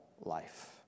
life